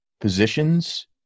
positions